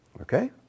okay